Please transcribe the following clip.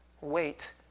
Wait